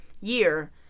year